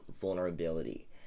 vulnerability